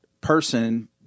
person